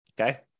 okay